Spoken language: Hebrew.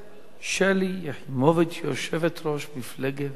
שלי יחימוביץ, יושבת-ראש מפלגת העבודה.